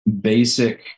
basic